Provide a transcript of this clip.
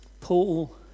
Paul